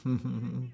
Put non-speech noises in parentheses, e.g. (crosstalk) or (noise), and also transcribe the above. (laughs)